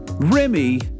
Remy